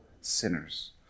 sinners